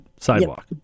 sidewalk